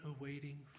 awaiting